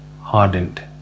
hardened